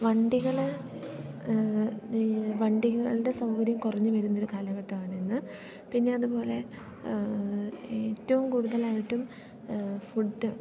വണ്ടികൾ വണ്ടികളുടെ സൗകര്യം കുറഞ്ഞുവരുന്നൊരു കാലഘട്ടമാണിന്ന് പിന്നെ അതുപോലെ ഏറ്റവും കൂടുതലായിട്ടും ഫുഡ്